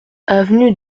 avenue